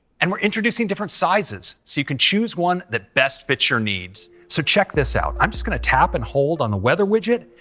and we're introducing different sizes, so you can choose one that best fits your needs. so check this out, i'm just gonna tap and hold on the weather widget,